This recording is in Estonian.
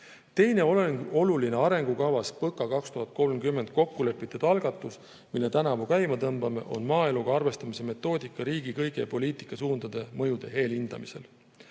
Teine oluline arengukavas "PõKa 2030" kokkulepitud algatus, mille tänavu käima tõmbame, on maaeluga arvestamise metoodika riigi kõigi poliitikasuundade mõjude eelhindamisel.